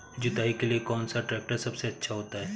जुताई के लिए कौन सा ट्रैक्टर सबसे अच्छा होता है?